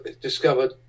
discovered